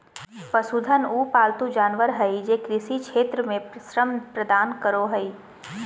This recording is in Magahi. पशुधन उ पालतू जानवर हइ जे कृषि क्षेत्र में श्रम प्रदान करो हइ